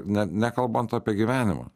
ne nekalbant apie gyvenimą